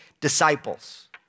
disciples